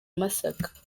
masaka